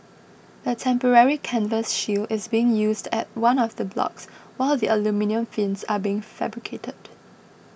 a temporary canvas shield is being used at one of the blocks while the aluminium fins are being fabricated